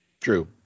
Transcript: True